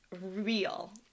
real